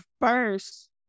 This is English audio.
first